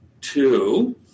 Two